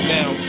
Now